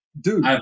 Dude